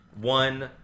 one